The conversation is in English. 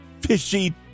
Fishy